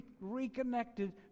reconnected